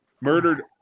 murdered